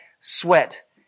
sweat